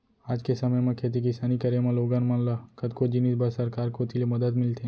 आज के समे म खेती किसानी करे म लोगन मन ल कतको जिनिस बर सरकार कोती ले मदद मिलथे